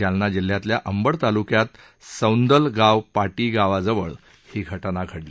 जालना जिल्ह्यातल्या अंबड ताल्क्यात सौंदलगाव पाटी गावाजवळ ही घटना घडली